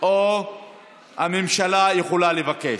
או הממשלה יכולה לבקש.